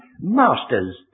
Masters